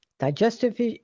digestive